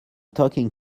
talking